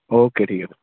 केह् ठीक ऐ फिर